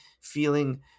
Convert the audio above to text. feeling